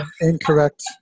Incorrect